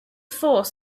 force